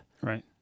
Right